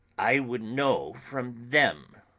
i would know from them.